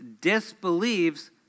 Disbelieves